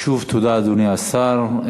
שוב תודה, אדוני השר.